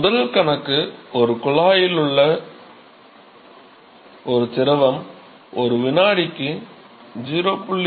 முதல் கணக்கு ஒரு குழாயில் ஒரு திரவம் ஒரு வினாடிக்கு 0